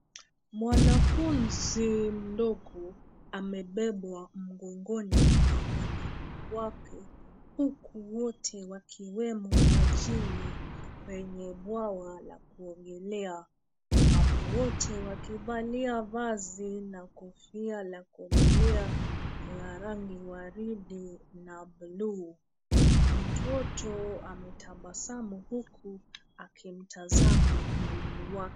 Mwanafunzi mdogo amebebwa mgongoni mwa mwalimu wake huku wote wakiwemo majini kwenye bwawa la kuogelea. Hapo wote wakivalia vazi na kofia la kuogelea vya rangi waridi na bluu. Mtoto ametabasamu huku akimtazama mwalimu wake.